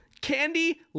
Candy